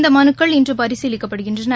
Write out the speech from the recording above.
இந்த மனுக்கள் இன்று பரிசீலிக்கப்படுகின்றன